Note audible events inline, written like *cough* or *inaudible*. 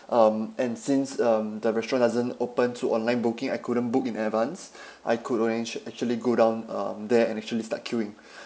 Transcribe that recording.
um and since um the restaurant hasn't opened to online booking I couldn't book in advance I could arrange actually go down um there and actually start queuing *breath*